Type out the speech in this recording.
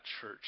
church